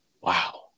wow